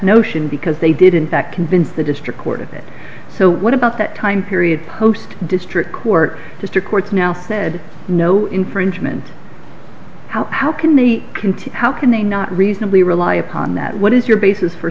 notion because they did in fact convince the district court of it so what about that time period post district court district courts now said no infringement how can meet can t how can they not reasonably rely upon that what is your basis for